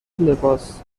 لباس